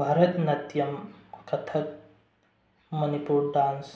Bharat Natyam Kathak Manipur dance